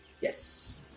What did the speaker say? Yes